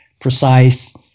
precise